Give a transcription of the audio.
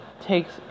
takes